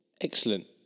Excellent